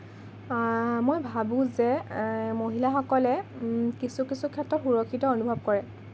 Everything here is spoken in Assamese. মই ভাবোঁ যে মহিলাসকলে কিছু কিছু ক্ষেত্ৰত সুৰক্ষিত অনুভৱ কৰে